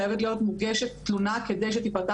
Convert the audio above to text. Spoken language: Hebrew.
חייבת להיות מוגשת תלונה על מנת שתיפתח